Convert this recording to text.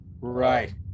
right